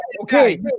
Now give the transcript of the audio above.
okay